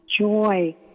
joy